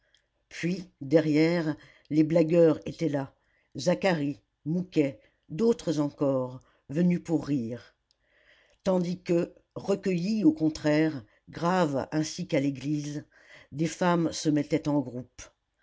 puis derrière les blagueurs étaient là zacharie mouquet d'autres encore venus pour rire tandis que recueillies au contraire graves ainsi qu'à l'église des femmes se mettaient en groupe